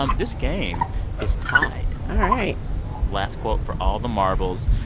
um this game is tied all right last quote for all the marbles.